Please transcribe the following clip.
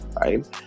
right